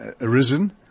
arisen